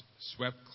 swept